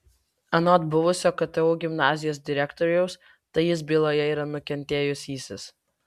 anot buvusio ktu gimnazijos direktoriaus tai jis byloje yra nukentėjusysis